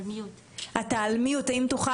שלום לכולם, היית רוצה